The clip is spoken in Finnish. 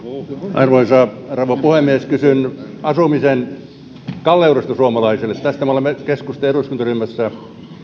arvoisa rouva puhemies kysyn asumisen kalleudesta suomalaisille tästä me olemme keskustan eduskuntaryhmässä